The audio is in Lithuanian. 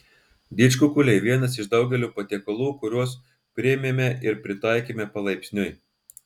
didžkukuliai vienas iš daugelio patiekalų kuriuos priėmėme ir pritaikėme palaipsniui